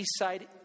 Eastside